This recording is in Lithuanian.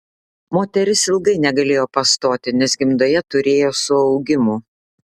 moteris ilgai negalėjo pastoti nes gimdoje turėjo suaugimų